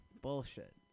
bullshit